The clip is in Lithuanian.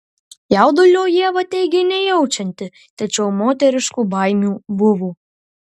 jaudulio ieva teigė nejaučianti tačiau moteriškų baimių buvo